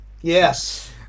Yes